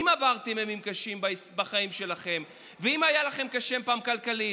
אם עברתם ימים קשים בחיים שלכם ואם היה לכם קשה פעם כלכלית,